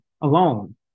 alone